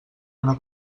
una